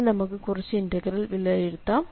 ഇനി നമുക്ക് കുറച്ച് ഇന്റഗ്രലുകൾ വിലയിരുത്താം